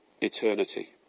eternity